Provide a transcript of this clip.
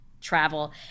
travel